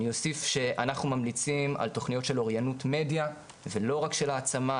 אני אוסיף שאנחנו ממליצים על תוכניות של אוריינות מדיה ולא רק של העצמה,